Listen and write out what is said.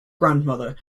grandmother